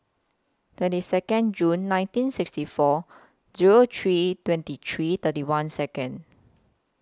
twenty Second June nineteen sixty four Zero three twenty three thirty one Second